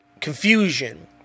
Confusion